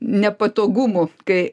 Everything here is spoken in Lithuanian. nepatogumų kai